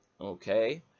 okay